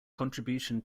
contribution